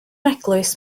eglwys